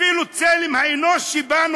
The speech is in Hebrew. אפילו צלם האנוש שבנו,